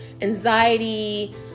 anxiety